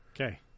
Okay